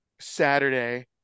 Saturday